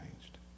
changed